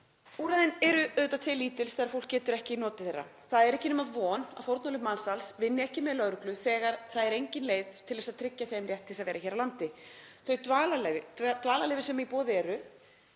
Úrræðin eru auðvitað til lítils þegar fólk getur ekki notið þeirra. Það er ekki nema von að fórnarlömb mansals vinni ekki með lögreglu þegar það er engin leið til að tryggja þeim rétt til að vera hér á landi. Þau dvalarleyfi sem í boði eru